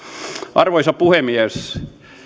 arvoisa puhemies